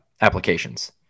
applications